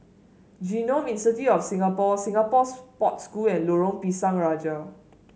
Genome Institute of Singapore Singapore Sports School and Lorong Pisang Raja